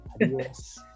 Adios